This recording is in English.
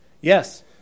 Yes